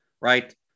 right